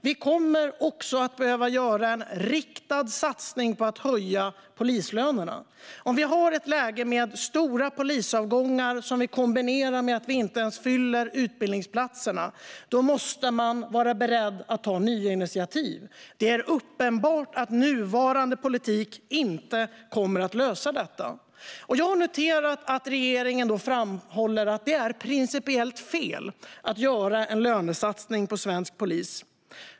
Vi kommer också att behöva göra en riktad satsning på att höja polislönerna. Om vi har ett läge med stora polisavgångar i kombination med att vi inte ens fyller utbildningsplatserna måste man vara beredd att ta nya initiativ. Det är uppenbart att nuvarande politik inte kommer att lösa detta. Jag har noterat att regeringen framhåller att det är principiellt fel att göra en lönesatsning på svensk polis.